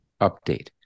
update